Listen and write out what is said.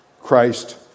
Christ